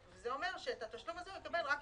ל-19'